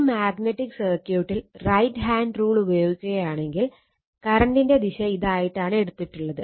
ഈ മാഗ്നറ്റിക് സർക്യൂട്ടിൽ right hand rule ഉപയോഗിക്കുകയാണെങ്കിൽ കറണ്ടിന്റെ ദിശ ഇതായിട്ടാണ് എടുത്തിട്ടുള്ളത്